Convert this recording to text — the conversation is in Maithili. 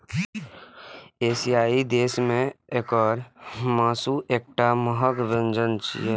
एशियाई देश मे एकर मासु एकटा महग व्यंजन छियै